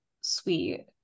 sweet